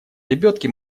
лебедки